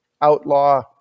outlaw